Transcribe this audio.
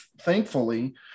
thankfully